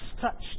touched